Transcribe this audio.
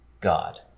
God